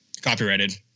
Copyrighted